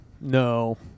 No